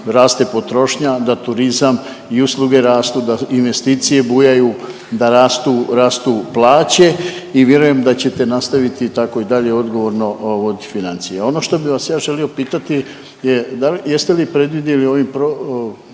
da raste potrošnja, da turizam i usluge rastu, da investicije bujaju, da rastu plaće i vjerujem da ćete nastaviti tako i dalje odgovornost voditi financije. Ono što bi vas ja želio pitati, jeste li predvidjeli ovim rebalansom